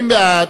30 בעד,